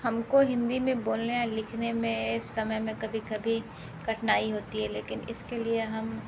हम को हिंदी में बोलने या लिखने में इस समय में कभी कभी कठिनाई होती है लेकिन इसके लिए